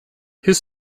his